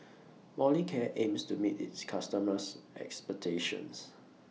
Molicare aims to meet its customers' expectations